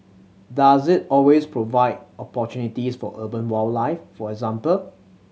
does it always provide opportunities for urban wildlife for example